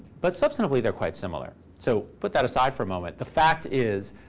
but substantively, they're quite similar. so put that aside for a moment. the fact is,